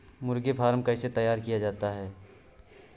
मुर्गी फार्म कैसे तैयार किया जाता है?